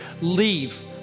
leave